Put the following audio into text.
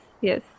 yes